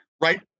Right